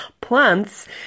plants